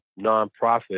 nonprofit